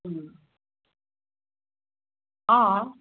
অঁ